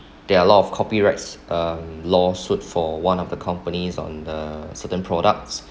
there are a lot of copyrights um law suit for one of the companies on the certain products